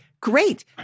great